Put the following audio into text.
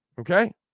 Okay